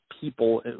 people